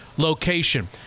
location